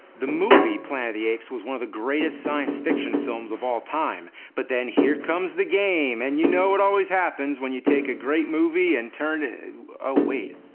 the movie planet of the apes was one of the greatest science fiction films of all time. but then here comes the game, and you know what always happens when you take a great movie and turn it oh wait.